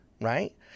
right